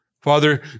Father